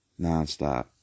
nonstop